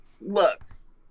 looks